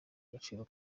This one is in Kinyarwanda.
agaciro